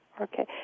Okay